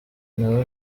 nawe